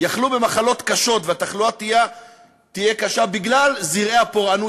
יחלו במחלות קשות והתחלואה תהיה קשה בגלל זרעי הפורענות